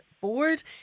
board